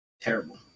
terrible